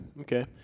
okay